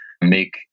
make